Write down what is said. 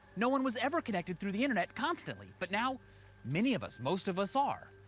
no one was ever connected through the internet constantly. but now many of us, most of us, are.